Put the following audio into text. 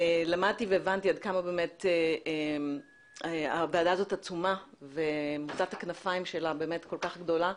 למדתי והבנתי עד כמה הוועדה הזאת עצומה ומוטת הכנפיים שלה כל כך גדולה.